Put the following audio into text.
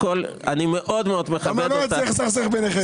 אני מאוד מאוד מכבד אותה.